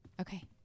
Okay